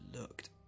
looked